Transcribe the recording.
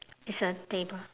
it's a table